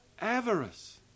avarice